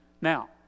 Now